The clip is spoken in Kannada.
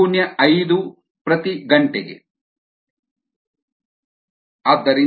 1 ಹೀಗೆ Si 5 gl 1 Rm 0